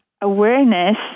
awareness